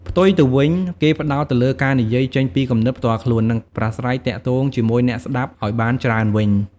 ផ្ទុយទៅវិញ គេផ្តោតទៅលើការនិយាយចេញពីគំនិតផ្ទាល់ខ្លួន និងប្រាស្រ័យទាក់ទងជាមួយអ្នកស្ដាប់ឱ្យបានច្រើនវិញ។